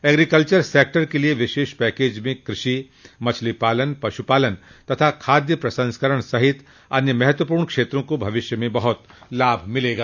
agriculture sector के लिए विशेष पैकेज में कृषि मछली पालन पशुपालन तथा खाद्य प्रसंस्करण सहित अन्य महत्वपूर्ण क्षेत्रो को भविष्य में बहुत लाभ मिलेगा